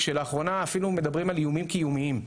כשלאחרונה אפילו מדברים על איומים קיומיים.